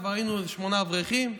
כבר היינו שמונה אברכים,